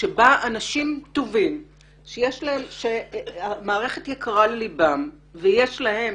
שבה אנשים טובים שהמערכת יקרה לליבם ויש להם